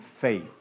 faith